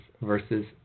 versus